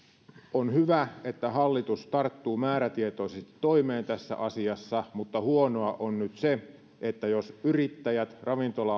on hyvä että hallitus tarttuu määrätietoisesti toimeen tässä asiassa mutta huonoa on nyt se jos ravintola